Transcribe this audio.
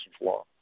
law